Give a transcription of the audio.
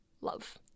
love